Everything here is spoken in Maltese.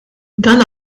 dan